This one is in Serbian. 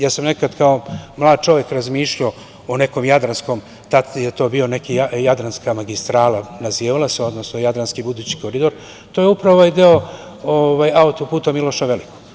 Ja sam nekad kao mlad čovek razmišljao o nekoj Jadranskoj magistrali, tada je to bila neka Jadranska magistrala, odnosno jadranski budući koridor, to je upravo ovaj deo auto-puta „Miloša Velikog“